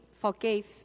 forgave